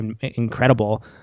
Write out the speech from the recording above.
incredible